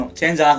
change